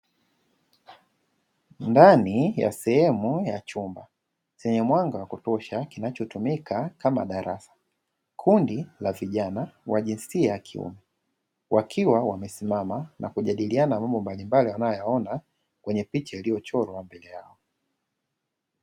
Ndani ya sehemu ya chumba chenye mwanga wa kutosha kinachotumika kama darasa, kundi la vijana la jinsia ya kiume wakiwa wamesimama wakijadiliana mambo mbalimbali wanayoyaona kwenye picha iliyosimama mbele yao.